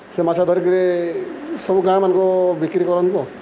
ସେ ମାଛ ଧରିକରି ସବୁ ଗାଁମାନଙ୍କୁ ବିକ୍ରି କରାଯାଏ ଆଉ